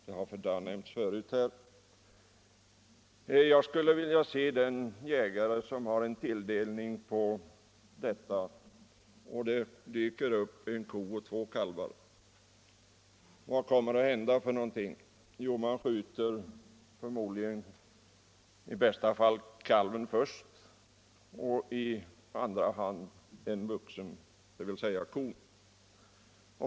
Jag skulle vilja se vad som kommer att hända om en jägare som har sådan här tilldelning får se en ko och två kalvar dyka upp. I bästa fall skjuter jägaren kalven först och sedan en vuxen älg, dvs. kon.